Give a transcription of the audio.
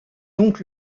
donc